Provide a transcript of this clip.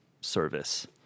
service